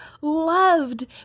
loved